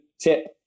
Tip